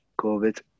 COVID